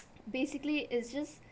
basically it's just